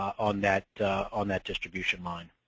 on that on that distribution line.